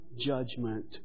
judgment